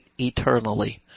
eternally